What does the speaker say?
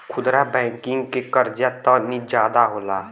खुदरा बैंकिंग के कर्जा तनी जादा होला